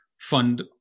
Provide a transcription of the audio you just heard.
fund